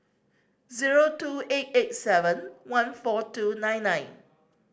zero two eight eight seven one four two nine nine